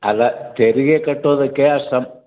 ಅಲ್ಲ ತೆರಿಗೆ ಕಟ್ಟೋದಕ್ಕೆ ಅಷ್ಟು ಸಮ್